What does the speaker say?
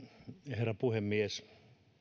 herra puhemies